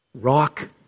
Rock